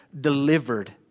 delivered